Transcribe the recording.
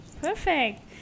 perfect